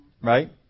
Right